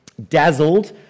Dazzled